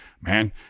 man